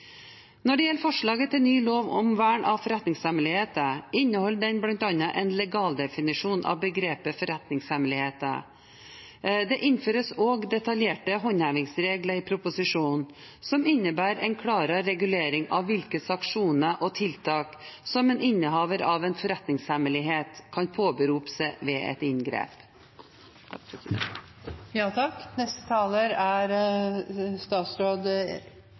Når det gjelder forslaget til ny lov om vern av forretningshemmeligheter, inneholder den bl.a. en legaldefinisjon av begrepet «forretningshemmeligheter». Det innføres også detaljerte håndhevingsregler i proposisjonen, som innebærer en klarere regulering av hvilke sanksjoner og tiltak en innehaver av en forretningshemmelighet kan påberope seg ved et inngrep.